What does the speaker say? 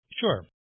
Sure